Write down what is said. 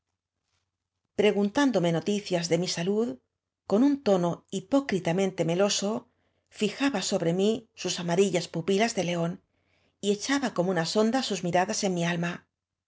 untándome noticias de m i salud con un tono hipócritamente meloso fl aba sobre m í sus amarillas pupilas de león y echaba como una sonda sua miradas en mi alma